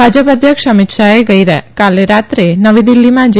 ભાજપ અધ્યક્ષ અમિત શાહે ગઇકાલે રાત્રે નવી દિલ્હીમાં જે